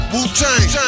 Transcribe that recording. Wu-Tang